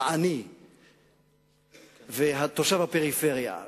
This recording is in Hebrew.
העני ותושב הפריפריה,